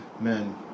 men